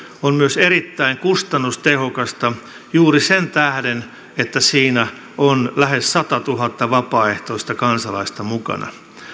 on myös erittäin kustannustehokasta juuri sen tähden että siinä on lähes satatuhatta vapaaehtoista kansalaista mukana